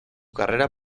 carrera